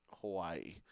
Hawaii